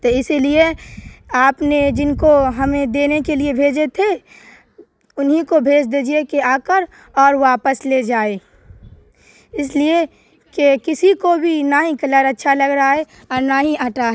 تو اسی لیے آپ نے جن کو ہمیں دینے کے لیے بھیجے تھے انہیں کو بھیج دیجیے کہ آ کر اور واپس لے جائیں اس لیے کہ کسی کو بھی نہ ہی کلر اچھا لگ رہا ہے اور نہ ہی اٹا